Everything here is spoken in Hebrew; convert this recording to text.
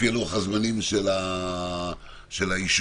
לפי לוח-הזמנים של האישורים.